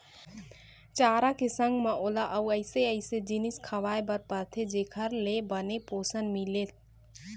चारा के संग म ओला अउ अइसे अइसे जिनिस खवाए बर परथे जेखर ले बने पोषन मिलय